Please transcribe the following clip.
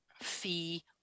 fee